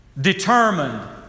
determined